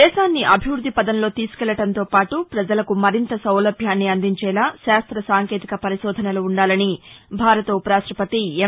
దేశాన్ని అభివృద్ది పథంలో తీసుకెళ్లడంతో పాటు పజలకు మరింత సౌలభ్యాన్ని అందించేలా శాస్త్ర సాంకేతిక పరిశోధనలు ఉండాలని భారత ఉపరాష్టపతి ఎం